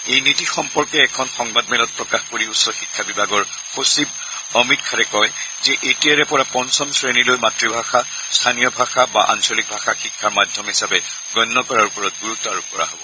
এই নীতি সম্পৰ্কে এখন সংবাদমেলত প্ৰকাশ কৰি উচ্চ শিক্ষা বিভাগৰ সচিব অমিত খাৰে কয় যে এতিয়াৰে পৰা পঞ্চম শ্ৰেণীলৈ মাতৃভাষা স্থনীয় ভাষা বা আঞ্চলিক ভাষা শিক্ষাৰ মাধ্যম হিচাপে গণ্য কৰাৰ ওপৰত গুৰুত্ব আৰোপ কৰা হ'ব